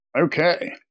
Okay